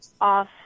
off